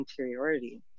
interiority